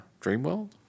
Dreamworld